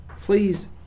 please